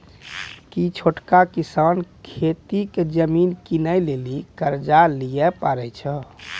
कि छोटका किसान खेती के जमीन किनै लेली कर्जा लै के लायक छै?